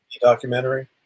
documentary